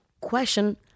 question